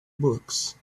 books